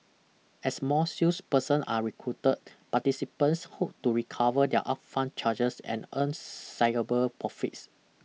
as more salesperson are recruited participants hope to recover their upfront charges and earn sizeable profits